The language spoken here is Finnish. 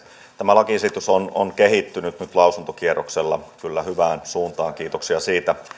tämä lakiesitys on on kehittynyt nyt lausuntokierroksella kyllä hyvään suuntaan kiitoksia siitä